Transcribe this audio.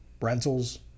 rentals